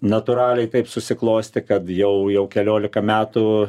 natūraliai taip susiklostė kad jau jau keliolika metų